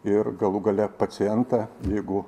ir galų gale pacientą jeigu